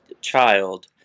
child